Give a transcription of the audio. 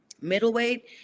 middleweight